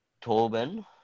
Tobin